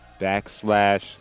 backslash